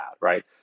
right